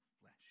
flesh